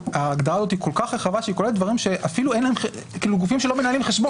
ההגדרה הזו היא כול כך רחבה שהיא כוללת אפילו גופים שלא מנהלים חשבון.